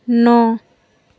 ন